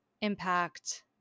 impact